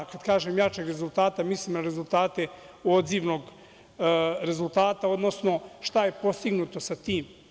Kad kažem jačeg rezultata, mislim na rezultate odzivnog rezultata, odnosno šta je postignuto sa tim.